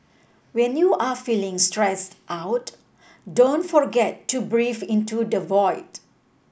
when you are feeling stressed out don't forget to breathe into the void